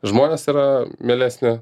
žmonės yra mielesnė